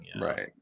Right